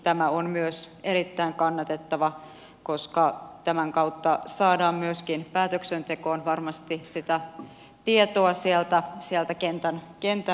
tämä on myös erittäin kannatettava koska tämän kautta saadaan myös päätöksentekoon varmasti sitä tietoa sieltä kentän suunnalta